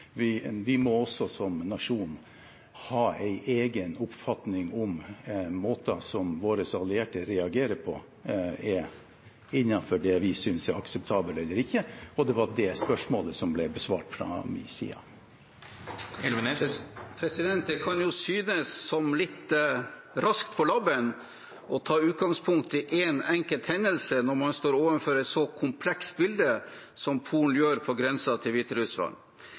vi som nasjon må også ha en egen oppfatning om hvorvidt måter våre allierte reagerer på, er innenfor det vi synes er akseptabelt eller ikke, og det var det spørsmålet som ble besvart fra min side. Det kan synes som litt raskt på labben å ta utgangspunkt i én enkelt hendelse når man står overfor et så komplekst bilde som Polen gjør på grensen til